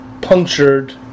punctured